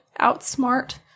outsmart